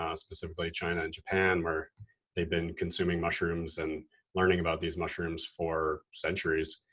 um specifically china and japan, where they've been consuming mushrooms and learning about these mushrooms for centuries.